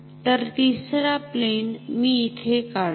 तर तिसरा प्लेन मी इथे काढतो